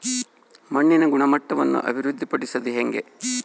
ಮಣ್ಣಿನ ಗುಣಮಟ್ಟವನ್ನು ಅಭಿವೃದ್ಧಿ ಪಡಿಸದು ಹೆಂಗೆ?